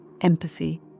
empathy